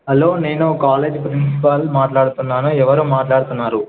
hello నేను college principal మాట్లాడుతున్నాను ఎవరూ మాట్లాడుతున్నారు